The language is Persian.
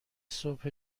صبح